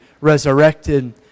resurrected